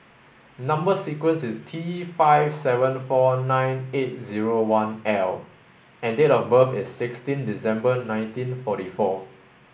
number sequence is T five seven four nine eight zero one L and date of birth is sixteen December nineteen forty four